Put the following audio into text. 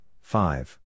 five